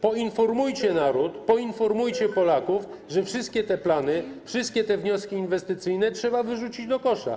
Poinformujcie naród, poinformujcie Polaków, że wszystkie te plany, wszystkie te wnioski inwestycyjne trzeba wyrzucić do kosza.